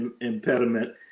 impediment